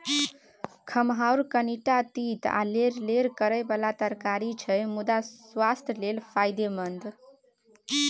खमहाउर कनीटा तीत आ लेरलेर करय बला तरकारी छै मुदा सुआस्थ लेल फायदेमंद